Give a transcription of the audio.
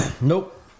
Nope